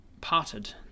parted